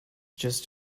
just